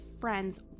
friend's